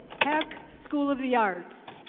peck school of the arts,